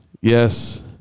Yes